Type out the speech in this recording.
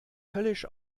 höllisch